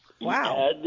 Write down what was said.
Wow